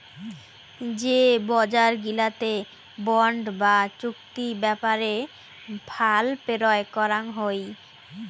যে বজার গিলাতে বন্ড বা চুক্তি ব্যাপারে ফাল পেরোয় করাং হই